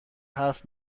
حرف